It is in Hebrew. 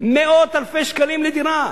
מאות אלפי שקלים לדירה.